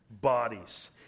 bodies